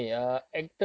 so interesting